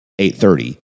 8:30